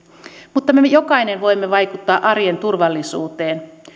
mutta me me jokainen voimme vaikuttaa arjen turvallisuuteen